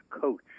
coach